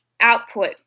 output